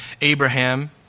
Abraham